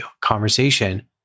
conversation